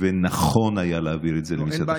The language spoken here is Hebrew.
ונכון היה להעביר את זה למשרד החינוך.